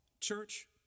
church